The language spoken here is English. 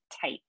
tight